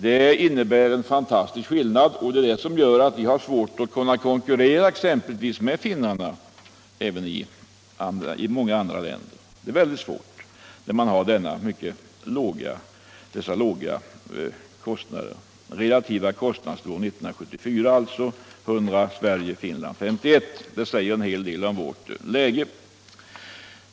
Det är en fantastiskt stor skillnad och det gör att vi har svårt att konkurrera med finnarna både på vår hemmamarknad och på export. De relativa kostnaderna år 1974 var alltså Sverige 100 — Finland 51. Det säger tillräckligt om vårt läge.